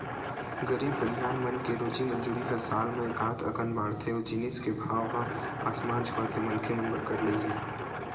गरीब बनिहार मन के रोजी मंजूरी ह साल म एकात अकन बाड़थे अउ जिनिस के भाव ह आसमान छूवत हे मनखे मन बर करलई हे